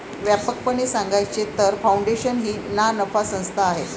व्यापकपणे सांगायचे तर, फाउंडेशन ही नानफा संस्था आहे